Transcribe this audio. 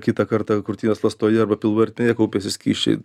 kitą kartą krūtinės ląstoje arba pilvo ertmėje kaupiasi skysčiai